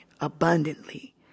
abundantly